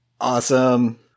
awesome